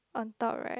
on top right